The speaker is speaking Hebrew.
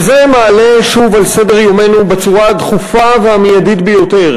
וזה מעלה שוב על סדר-יומנו בצורה הדחופה והמיידית ביותר